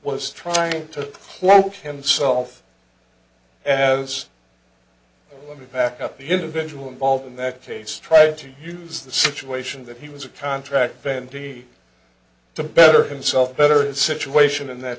was trying to cloak himself as let me back up the individual involved in that case try to use the situation that he was a contract venti to better himself better situation in that